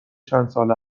چندسال